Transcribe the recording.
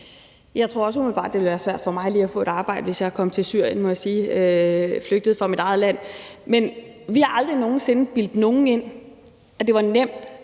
Jeg tror også umiddelbart, det ville være svært for mig lige at få et arbejde, hvis jeg kom til Syrien og var flygtet fra mit eget land, må jeg sige. Men vi har aldrig nogen sinde bildt nogen ind, at det var nemt